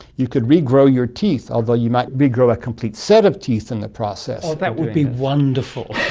you could regrow your teeth, although you might regrow a complete set of teeth in the process. that would be wonderful.